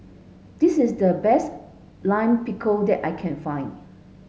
this is the best Lime Pickle that I can find